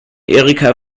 erika